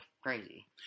crazy